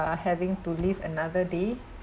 uh having to live another day